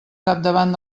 capdavant